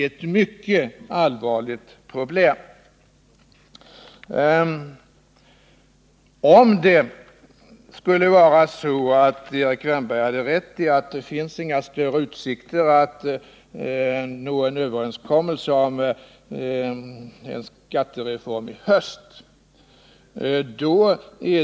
Det skulle vidare vara bekymmersamt, om Erik Wärnberg skulle ha rätt i sin bedömning att det inte finns några större utsikter att nå en överenskommelse om en skattereform i höst.